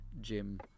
Jim